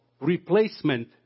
Replacement